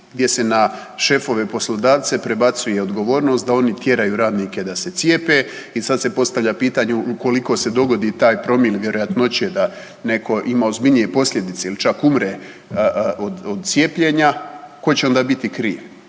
gdje se na šefove poslodavce prebacuje odgovornost da oni tjeraju radnike da se cijepe i sad se postavlja pitanje, ukoliko se dogodi taj promil vjerojatnoće da neko ima ozbiljnije posljedice ili čak umre od cijepljenja tko će onda biti kriv.